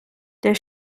der